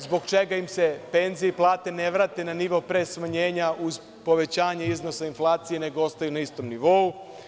Zbog čega im se penzije i plate ne vrate na nivo pre smanjenja uz povećanje iznosa inflacije, nego ostaju na istom nivou?